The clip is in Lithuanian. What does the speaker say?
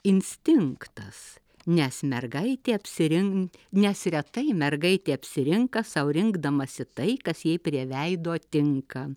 instinktas nes mergaitė apsirin nes retai mergaitė apsirinka sau rinkdamasi tai kas jai prie veido tinka